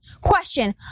Question